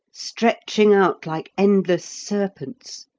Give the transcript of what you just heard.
stretching out like endless serpents,